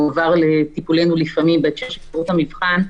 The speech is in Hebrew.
הוא מועבר לטיפולנו לפעמים --- של שירות המבחן.